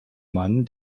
mann